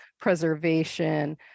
preservation